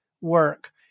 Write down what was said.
work